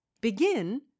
Begin